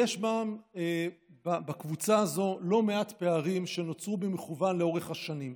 יש בקבוצה הזו לא מעט פערים שנוצרו במכוון לאורך השנים.